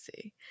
see